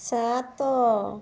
ସାତ